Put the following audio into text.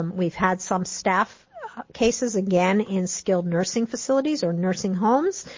um we've had some staff cases, again, in skilled nursing facilities or nursing homes,